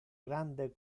grande